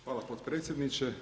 Hvala potpredsjedniče.